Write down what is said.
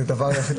נדבר על זה